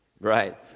Right